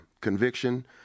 conviction